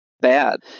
bad